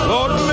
Lord